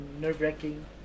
nerve-wracking